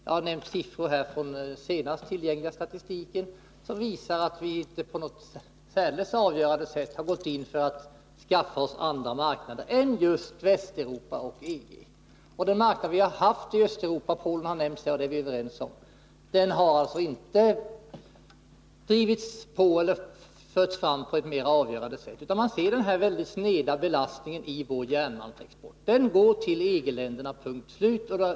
Jag har nämnt siffror från den senast tillgängliga statistiken, som visar att vi inte på något särdeles avgörande sätt har gått in för att skaffa oss andra marknader sö 5 än just i Västeuropa och EG. På de marknader som vi har i Östeuropa, Polen har nämnts, har vi inte satsat på något mera avgörande sätt. Man kan se den mycket sneda belastningen i vår järnmalmsexport. Den går till EG-länderna — punkt och slut.